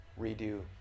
redo